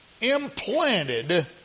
Implanted